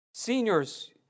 Seniors